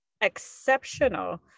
exceptional